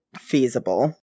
feasible